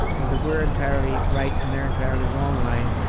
the we're entirely right and they're entirely wrong line,